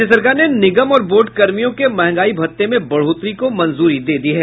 राज्य सरकार ने निगम और बोर्ड कर्मियों के महंगाई भत्ते में बढ़ोत्तरी को मंजूरी दे दी है